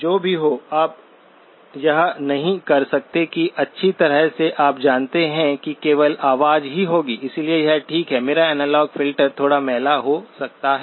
जो भी हो आप यह नहीं कह सकते कि अच्छी तरह से आप जानते हैं कि केवल आवाज ही होगी इसलिए यह ठीक है मेरा एनालॉग फ़िल्टर थोड़ा मैला हो सकता है